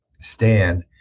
stand